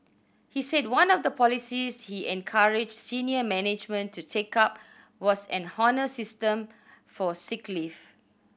he said one of the policies he encouraged senior management to take up was an honour system for sick leave